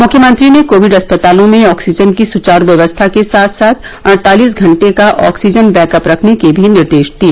मुख्यमंत्री ने कोविड अस्पतालों में ऑक्सीजन की सुचारू व्यवस्था के साथ साथ अड़तालीस घंटे का ऑक्सीजन बैकअप रखने के भी निर्देश दिए